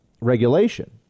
regulation